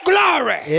Glory